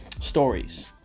stories